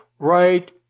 right